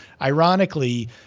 ironically